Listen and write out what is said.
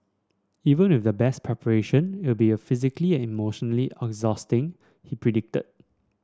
even with the best preparation it will be a physically and emotionally exhausting he predicted